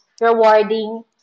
rewarding